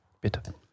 Bitte